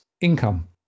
income